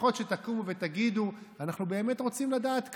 לפחות שתקומו ותגידו: אנחנו באמת רוצים לדעת כמה.